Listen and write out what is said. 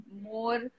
more